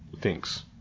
thinks